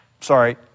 sorry